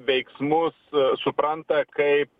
veiksmus supranta kaip